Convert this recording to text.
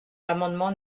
l’amendement